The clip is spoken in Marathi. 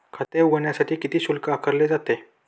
खाते उघडण्यासाठी किती शुल्क आकारले जाते?